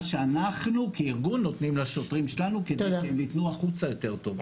שאנחנו כארגון נותנים לשוטרים שלנו כדי שהם יתנו החוצה יותר טוב.